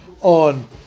on